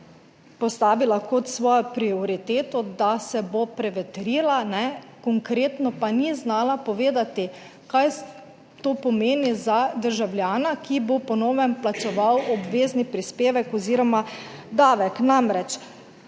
postavila kot svojo prioriteto, da se bo prevetrila, ne, konkretno pa ni znala povedati, kaj to pomeni za državljana, ki bo po novem plačeval obvezni prispevek oziroma davek namreč,